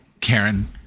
karen